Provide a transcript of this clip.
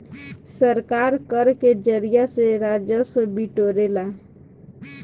सरकार कर के जरिया से राजस्व बिटोरेला